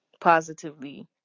positively